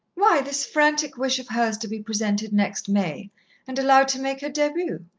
why, this frantic wish of hers to be presented next may and allowed to make her debut.